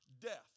death